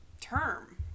term